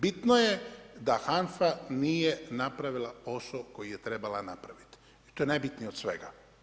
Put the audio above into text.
Bitno je da HANFA nije napravila posao koji je trebala napraviti i to je najbitnije od svega.